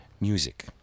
music